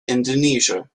indonesia